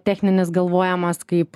techninis galvojamas kaip